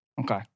Okay